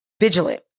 vigilant